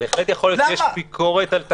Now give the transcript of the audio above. בהחלט יכול להיות שיש ביקורת על תקנות,